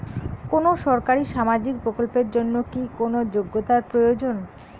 কোনো সরকারি সামাজিক প্রকল্পের জন্য কি কোনো যোগ্যতার প্রয়োজন?